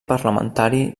parlamentari